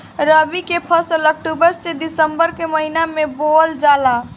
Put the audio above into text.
रबी के फसल अक्टूबर से दिसंबर के महिना में बोअल जाला